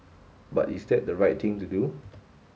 but is that the right thing to do